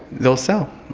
they'll sell,